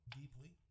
deeply